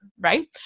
right